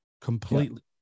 completely